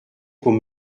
qu’au